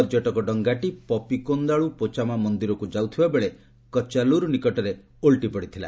ପର୍ଯ୍ୟଟକ ଡଙ୍ଗାଟି ପପିକୋନ୍ଦାଳୁ ପୋଚାମା ମନ୍ଦିରକୁ ଯାଉଥିବାବେଳେ କଚାଲୁରୁ ନିକଟରେ ଓଲଟି ପଡିଥିଲା